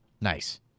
nice